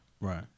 Right